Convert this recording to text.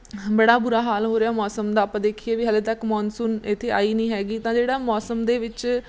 ਬੜਾ ਬੁਰਾ ਹਾਲ ਹੋ ਰਿਹਾ ਮੌਸਮ ਦਾ ਆਪਾਂ ਦੇਖੀਏ ਵੀ ਹਲੇ ਤੱਕ ਮੌਨਸੂਨ ਇੱਥੇ ਆਈ ਨਹੀਂ ਹੈਗੀ ਤਾਂ ਜਿਹੜਾ ਮੌਸਮ ਦੇ ਵਿੱਚ